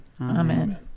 Amen